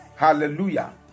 Hallelujah